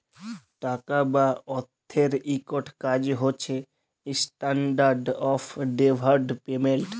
টাকা বা অথ্থের ইকট কাজ হছে ইস্ট্যান্ডার্ড অফ ডেফার্ড পেমেল্ট